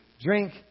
drink